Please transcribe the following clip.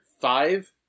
five